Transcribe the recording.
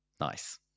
Nice